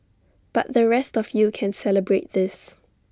but the rest of you can celebrate this